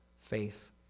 faith